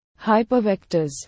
hypervectors